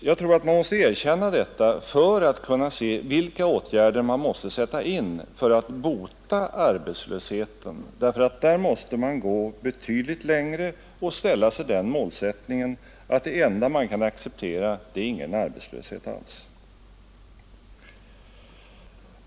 Jag tror att man måste erkänna detta för att kunna se vilka åtgärder man skall sätta in när det gäller att bota arbetslösheten, därför att där måste man gå betydligt längre och ställa upp den målsättningen, att det enda man kan acceptera är ingen arbetslöshet alls.